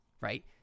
right